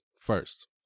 first